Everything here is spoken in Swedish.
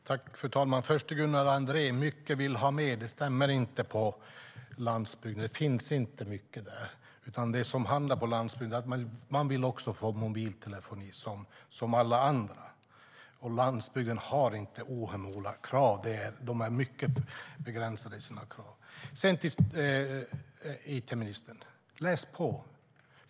Fru talman! Först vänder jag mig till Gunnar Andrén: Mycket vill ha mer - det stämmer inte på landsbygden. Det finns inte mycket där. På landsbygden handlar det om att man vill få mobiltelefoni som alla andra. På landsbygden har man inte ohemula krav. Man är mycket begränsad i sina krav. Sedan vänder jag mig till it-ministern: Läs på!